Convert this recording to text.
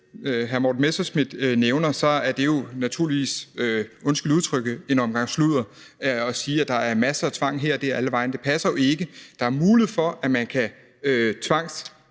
hr. Morten Messerschmidt nævner, er det jo naturligvis – undskyld udtrykket – en omgang sludder at sige, at der er masser af tvang her og der og alle vegne. Det passer jo ikke. Der er mulighed for, at man kan tvangstestes